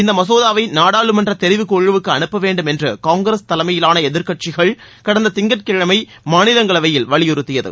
இந்த மசோதாவை நாடாளுமன்ற தெிவுக்குழுவுக்கு அனுப்ப வேண்டும் என்று காங்கிரஸ் தலைமையிலான எதிர்க்கட்சிகள் கடந்த திங்கட்கிழமை மாநிலங்களவையில் வலியுறுத்தியது